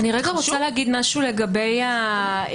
אני רוצה להגיד משהו לגבי ההתליה,